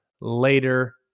later